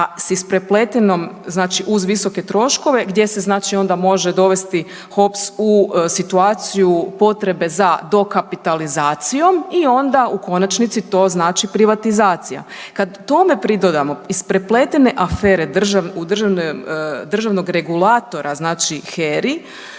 a s isprepletenom znači uz visoke troškove gdje se znači onda može dovesti HOPS u situaciju potrebe za dokapitalizacijom i onda u konačnici to znači privatizacija. Kad tome pridodamo isprepletene afere u državnim, državnog regulatora znači HERI